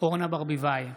אורנה ברביבאי,